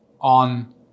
on